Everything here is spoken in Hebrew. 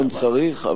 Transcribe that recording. פתרון צריך,